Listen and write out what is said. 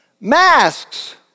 masks